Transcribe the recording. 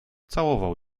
całował